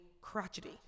crotchety